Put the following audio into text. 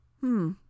Hmm